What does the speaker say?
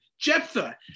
Jephthah